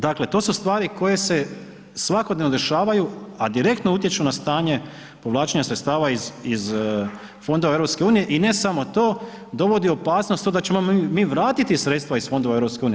Dakle, to su stvari koje se svakodnevno dešavaju, a direktno utječu na stanje povlačenja sredstava iz fondova EU i ne samo to, dovodi u opasnost to da ćemo mi vratiti sredstva iz fondova EU.